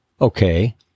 Okay